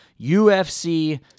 UFC